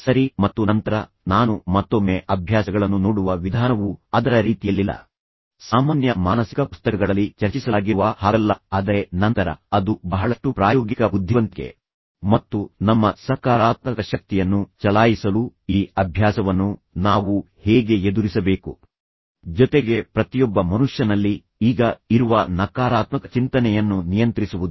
ಸರಿ ಮತ್ತು ನಂತರ ನಾನು ಮತ್ತೊಮ್ಮೆ ಅಭ್ಯಾಸಗಳನ್ನು ನೋಡುವ ವಿಧಾನವು ಅದರ ರೀತಿಯಲ್ಲಿಲ್ಲ ಸಾಮಾನ್ಯ ಮಾನಸಿಕ ಪುಸ್ತಕಗಳಲ್ಲಿ ಚರ್ಚಿಸಲಾಗಿರುವ ಹಾಗಲ್ಲ ಆದರೆ ನಂತರ ಅದು ಬಹಳಷ್ಟು ಪ್ರಾಯೋಗಿಕ ಬುದ್ಧಿವಂತಿಕೆ ಮತ್ತು ನಮ್ಮ ಸಕಾರಾತ್ಮಕ ಶಕ್ತಿಯನ್ನು ಚಲಾಯಿಸಲು ಈ ಅಭ್ಯಾಸವನ್ನು ನಾವು ಹೇಗೆ ಎದುರಿಸಬೇಕು ಜೊತೆಗೆ ಪ್ರತಿಯೊಬ್ಬ ಮನುಷ್ಯನಲ್ಲಿ ಈಗ ಇರುವ ನಕಾರಾತ್ಮಕ ಚಿಂತನೆಯನ್ನು ನಿಯಂತ್ರಿಸುವುದು